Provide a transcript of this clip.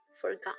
forgot